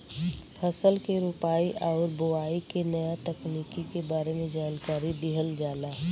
फसल के रोपाई आउर बोआई के नया तकनीकी के बारे में जानकारी दिहल जाला